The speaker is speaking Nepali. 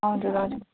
हजुर हजुर